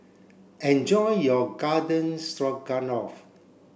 enjoy your Garden Stroganoff